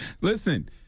Listen